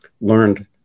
learned